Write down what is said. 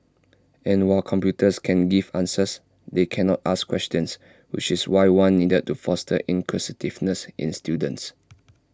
and while computers can give answers they cannot ask questions which is why one needed to foster inquisitiveness in students